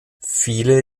viele